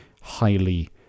Highly